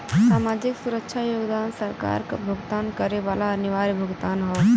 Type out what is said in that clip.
सामाजिक सुरक्षा योगदान सरकार क भुगतान करे वाला अनिवार्य भुगतान हौ